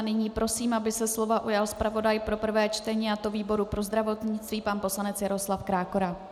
Nyní prosím, aby se slova ujal zpravodaj pro prvé čtení, a to výboru pro zdravotnictví pan poslanec Jaroslav Krákora.